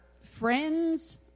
friends